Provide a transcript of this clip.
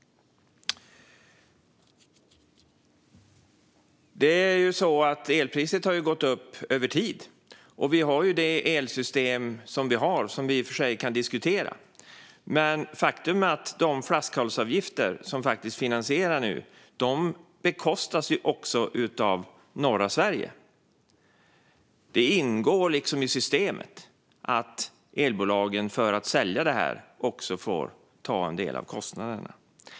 Elpriset har gått upp över tid, och vi har ju det elsystem som vi har och som vi i och för sig kan diskutera, men faktum är att de flaskhalsavgifter som faktiskt finansierar detta också bekostas av norra Sverige. Det ingår liksom i systemet att elbolagen för att kunna sälja får ta en del av kostnaderna.